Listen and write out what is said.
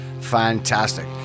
fantastic